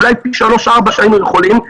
אולי פי שלושה-ארבעה שהיינו יכולים,